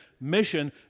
mission